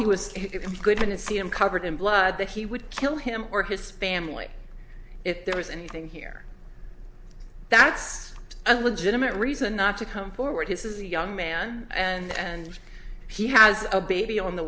he was a good man and see him covered in blood that he would kill him or his family if there was anything here that's a legitimate reason not to come forward this is a young man and he has a baby on the